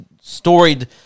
storied